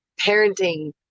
parenting